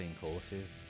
courses